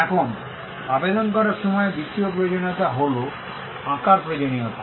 এখন আবেদন করার সময় দ্বিতীয় প্রয়োজনীয়তা হল আঁকার প্রয়োজনীয়তা